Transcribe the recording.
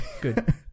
Good